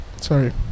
sorry